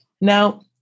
Now